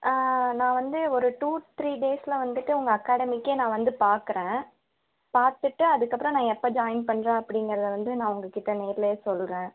ஆ நான் வந்து ஒரு டு த்ரீ டேஸில் வந்துவிட்டு உங்கள் அகாடமிக்கே நான் வந்து பார்க்குறேன் பார்த்துட்டு அதற்கப்பறம் நான் எப்போ ஜாயிண்ட் பண்ணுறேன் அப்படிங்கிறத வந்து நான் உங்கள்கிட்ட நேர்ல சொல்லுறேன்